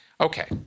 Okay